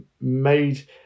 made